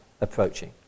approaching